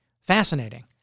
Fascinating